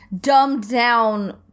dumbed-down